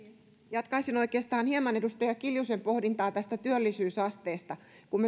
jatkaisin oikeastaan hieman edustaja kiljusen pohdintaa työllisyysasteesta kun